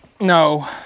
No